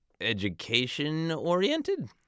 education-oriented